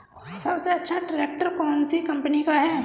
सबसे अच्छा ट्रैक्टर कौन सी कम्पनी का है?